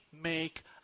make